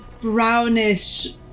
brownish